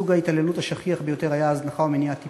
סוג ההתעללות השכיח ביותר היה הזנחה ומניעת טיפול,